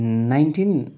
nineteen